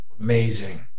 Amazing